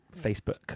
Facebook